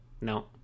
No